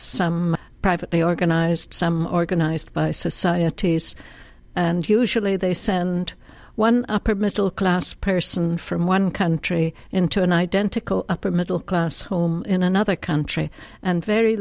some privately organized some organized by societies and usually they send one upper middle class person from one country into an identical upper middle class home in another country and very